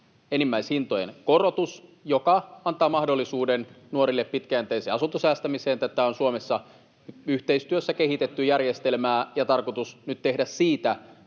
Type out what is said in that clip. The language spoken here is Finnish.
enimmäishintojen korotus, joka antaa mahdollisuuden nuorille pitkäjänteiseen asuntosäästämiseen. Tätä järjestelmää on Suomessa yhteistyössä kehitetty, ja tarkoitus on nyt tehdä siitä